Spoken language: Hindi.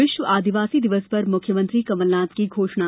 विश्व आदिवासी दिवस पर मुख्यमंत्री कमलनाथ की घोषणा